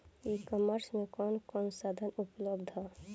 ई कॉमर्स में कवन कवन साधन उपलब्ध ह?